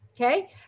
okay